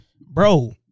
bro